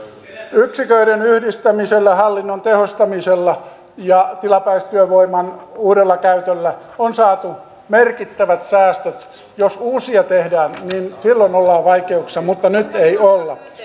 yksiköiden yhdistämisellä hallinnon tehostamisella ja tilapäistyövoiman uudella käytöllä on saatu merkittävät säästöt jos uusia tehdään niin silloin me olemme vaikeuksissa mutta nyt emme ole